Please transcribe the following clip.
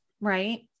right